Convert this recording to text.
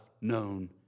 known